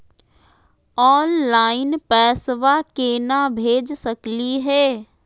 Online पैसवा केना भेज सकली हे?